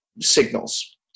signals